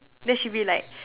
then she'll be like